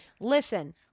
Listen